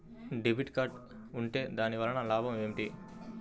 Debit card ఉంటే దాని వలన లాభం ఏమిటీ?